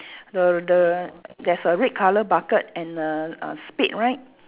the the there's a red colour bucket and a a spade right